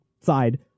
side